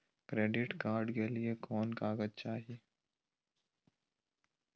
Credit card के लिए कौन कागज चाही?